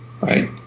right